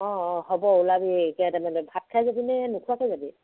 অঁ অঁ হ'ব ওলাবি এতিয়া তেনেহ'লে ভাত খাই যাবিনে নোখোৱাকৈ যাবি